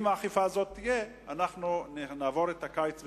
אם האכיפה הזאת תהיה, אנחנו נעבור את הקיץ בשלום.